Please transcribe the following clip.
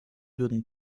würden